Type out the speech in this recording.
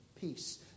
peace